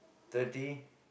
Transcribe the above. thirty